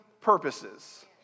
purposes